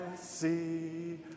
see